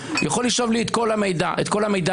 הוא יכול לשאוב לי את כל המידע מהעבר,